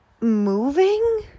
moving